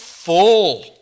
Full